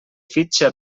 fitxa